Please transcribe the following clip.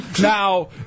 Now